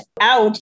out